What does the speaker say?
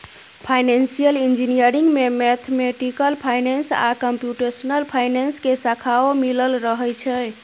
financial engineering में mathematical finance आ computational finance के शाखाओं मिलल रहइ छइ